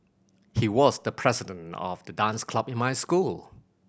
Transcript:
he was the president of the dance club in my school